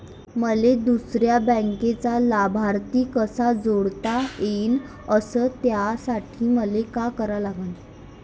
मले दुसऱ्या बँकेचा लाभार्थी कसा जोडता येईन, अस त्यासाठी मले का करा लागन?